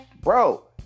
Bro